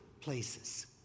places